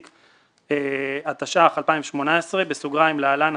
התשע"ח 2018 (להלן,